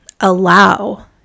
allow